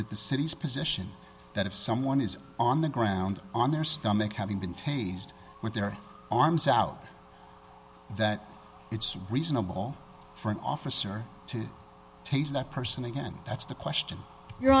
it the city's position that if someone is on the ground on their stomach having been tasered with their arms out that it's reasonable for an officer to tase that person again that's the question your